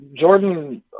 Jordan